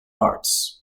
arts